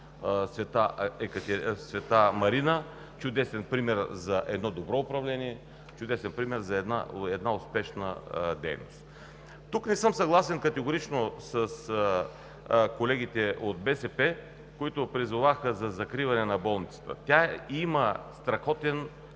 „Св. Марина“ – чудесен пример за едно добро управление, чудесен пример за една успешна дейност. Тук категорично не съм съгласен с колегите от БСП, които призоваха за закриване на болницата. Тя има страхотен